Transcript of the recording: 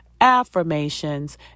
affirmations